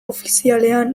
ofizialean